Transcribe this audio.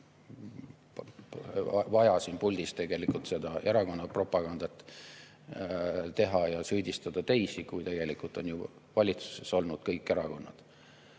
vaja siin puldis tegelikult seda erakonnapropagandat teha ja süüdistada teisi, kui tegelikult on valitsuses olnud kõik erakonnad,